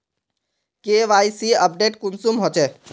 KYC update कुंसम होचे?